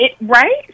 Right